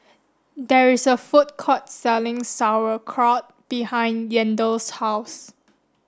there is a food court selling Sauerkraut behind Yandel's house